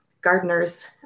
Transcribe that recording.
gardeners